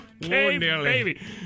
baby